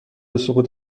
سقوط